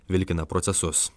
vilkina procesus